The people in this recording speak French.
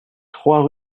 trois